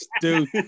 dude